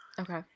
Okay